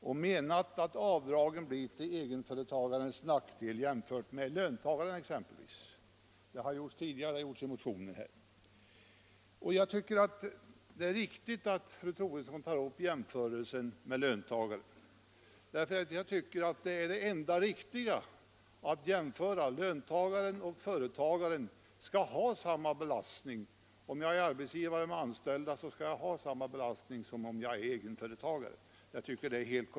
Hon menar att avdraget blir till egenföretagarens nackdel jämfört med exempelvis löntagaren — det har sagts tidigare och det har också framförts i motioner. Jag tycker att det är korrekt att göra en jämförelse med löntagaren. Det är det enda riktiga. Den som är arbetsgivare med anställda skall ha samma belastning som den som är egenföretagare.